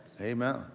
Amen